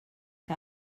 que